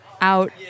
out